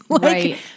Right